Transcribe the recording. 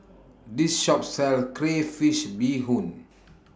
This Shop sells Crayfish Beehoon